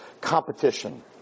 competition